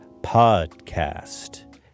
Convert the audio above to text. Podcast